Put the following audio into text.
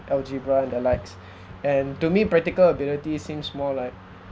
algebra and the likes and to me practical ability seems more like